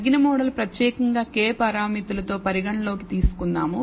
తగ్గిన మోడల్ ప్రత్యేకంగా k పారామితులతో పరిగణనలోకి తీసుకుందాం